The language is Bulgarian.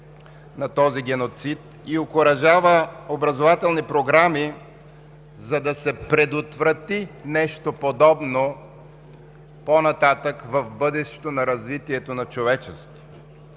на този геноцид и окуражава образователни програми, за да се предотврати нещо подобно по нататък в бъдещото на развитието на човечеството.